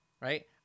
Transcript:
right